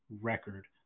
record